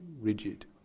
rigid